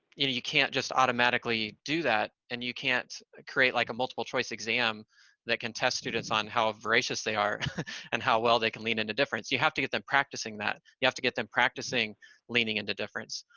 you know you can't just automatically do that, and you can't create like a multiple-choice exam that can test students on how voracious they are and how well they can lean into difference. you have to get them practicing that. you have to get them practicing leaning into difference.